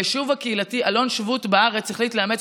היישוב הקהילתי אלון שבות בארץ החליט לאמץ